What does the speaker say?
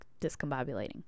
discombobulating